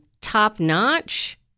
top-notch